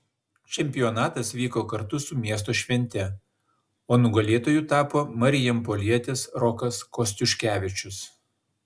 čempionatas vyko kartu su miesto švente o nugalėtoju tapo marijampolietis rokas kostiuškevičius